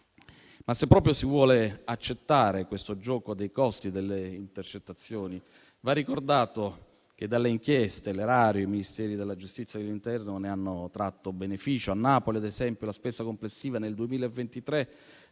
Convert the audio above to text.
Ma, se proprio si vuole accettare questo gioco dei costi delle intercettazioni, va ricordato che dalle inchieste l'Erario e i Ministeri della giustizia e dell'interno ne hanno tratto beneficio. A Napoli, ad esempio, la spesa complessiva nel 2023